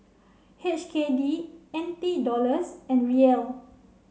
H K D N T Dollars and Riel